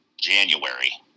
January